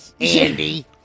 Andy